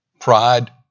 pride